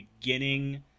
beginning